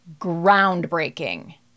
groundbreaking